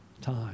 time